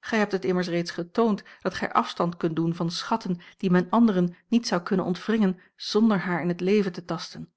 gij hebt het immers reeds getoond dat gij afstand kunt doen van schatten die men anderen niet zou kunnen ontwringen zonder haar in het leven te tasten